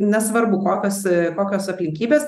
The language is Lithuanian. nesvarbu kokios kokios aplinkybės